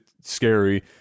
scary